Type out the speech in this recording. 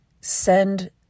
send